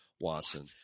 Watson